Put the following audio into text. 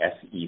SEC